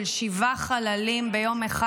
של שבעה חללים ביום אחד.